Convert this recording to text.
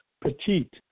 petite